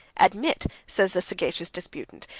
admit, says the sagacious disputant,